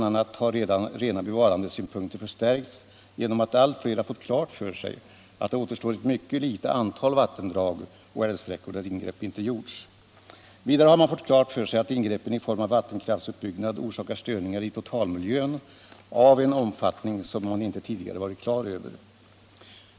a. har rena bevarandesynpunkter förstärkts genom att allt fler fått klart för sig att det återstår ett mycket litet antal vattendrag och älvsträckor där ingrepp inte gjorts. Vidare har man fått klart för sig att ingreppen i form av vattenkraftsutbyggnad orsakar störningar i totalmiljön av en omfattning som man inte tidigare varit medveten om.